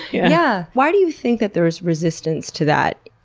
yeah, why do you think that there is resistance to that?